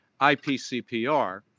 IPCPR